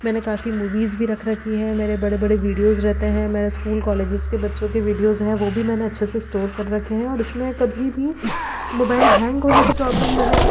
मैंने काफी मूवीज भी रख रखी है मेरे बड़े बड़े वीडियोज़ रहते हैं मेरे स्कूल कॉलेजेज के बच्चों के वीडियोज़ हैं वो भी मैंने अच्छे से स्टोर कर रखे हैं और इसमें कभी भी मोबाइल हैंग होने की प्रॉब्लम मैंने